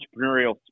entrepreneurial